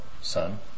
son